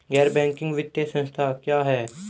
गैर बैंकिंग वित्तीय संस्था क्या है?